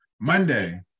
monday